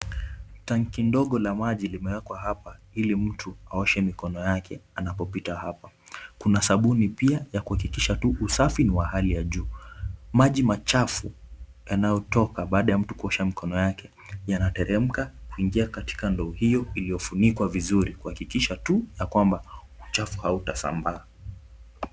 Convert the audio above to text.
Tanki ndogo la maji limewekwa hapa ili mtu aoshe mikono yake anapopita hapa. Kuna sabuni pia ya kuhakikisha tu usafi ni wa hali ya juu. Maji machafu yanayotoka baada ya mtu kuosha mkono yake, yanateremka kuingia katika ndoo hiyo iliyofunikwa vizuri kuhakikisha tu yakwamba uchafu hautasambaa.